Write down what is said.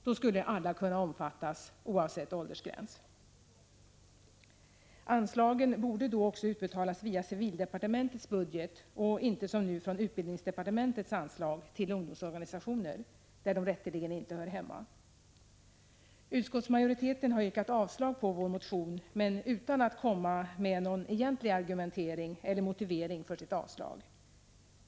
Då skulle alla kunna omfattas, oavsett åldersgräns. Anslagen borde då också utbetalas via civildepartementets budget och inte som nu från utbildningsdepartementets anslag till ungdomsorganisationer, där de rätteligen inte hör hemma. Utskottsmajoriteten har yrkat avslag på vår motion men utan att komma med någon egentlig argumentering eller motivering för sitt avslagsyrkande.